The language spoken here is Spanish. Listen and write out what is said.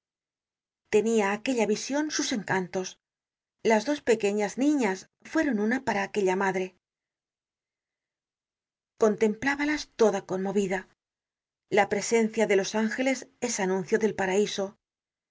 tenia aquella vision sus encantos las dos pequeñas niñas fueron una para aquella madre contemplábalas toda conmovida la presencia de los ángeles es anuncio del paraiso